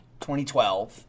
2012